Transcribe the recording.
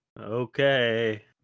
Okay